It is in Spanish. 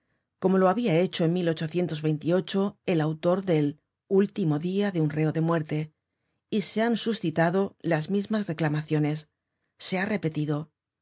como lo habia hecho en el autor del ultimo dia de un reo de muerte y se han suscitado las mismas reclamaciones se ha repetido